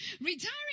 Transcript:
Retiring